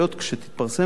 כשתתפרסמנה,